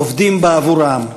עובדים בעבור העם.